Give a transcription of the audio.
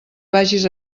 vagis